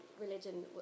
religion